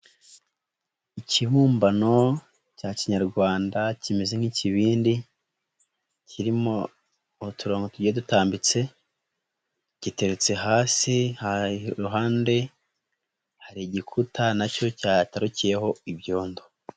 Ikibumbano cya kinyarwanda kimeze nk'ikibindi, kirimo utu tujye dutambitse, giteretse hasi iruhande hari igikuta nacyo cyatarukiyeho ibyondo.